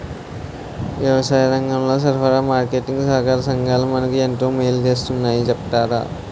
వ్యవసాయరంగంలో సరఫరా, మార్కెటీంగ్ సహాకార సంఘాలు మనకు ఎంతో మేలు సేస్తాయని చెప్తన్నారు